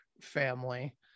family